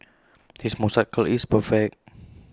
his moustache curl is perfect